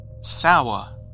...sour